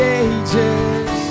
ages